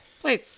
please